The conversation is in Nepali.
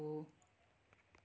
हो